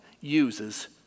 uses